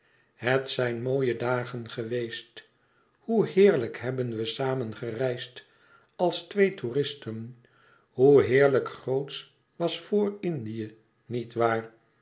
het zijn mooie dagen geweest hoe heerlijk hebben we samen gereisd als twee touristen hoe heerlijk grootsch was voor-indië nietwaar